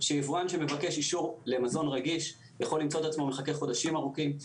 שיבואן שמבקש אישור למזון רגיש יכול למצוא את עצמו מחכה חודשים ארוכים.